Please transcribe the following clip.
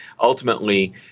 ultimately